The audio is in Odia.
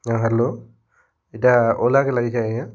ହ୍ୟାଲୋ ଇ'ଟା ଓଲାକେ ଲାଗିଛେ କାଏଁ ଆଜ୍ଞା